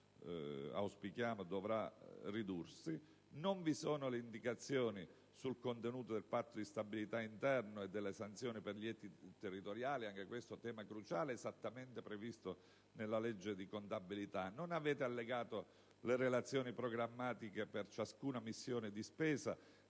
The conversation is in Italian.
auspichiamo, dovrà ridursi); non vi sono indicazioni sul contenuto del Patto di stabilità interno e delle sanzioni per gli enti territoriali (anche questo è un tema cruciale, previsto nella legge di contabilità); non sono state allegate le relazioni programmatiche per ciascuna missione di spesa